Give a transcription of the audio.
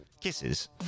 Kisses